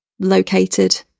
located